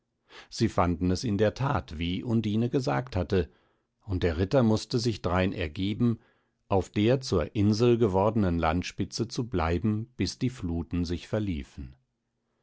sie fanden es in der tat wie undine gesagt hatte und der ritter mußte sich drein ergeben auf der zur insel gewordnen landspitze zu bleiben bis die fluten sich verliefen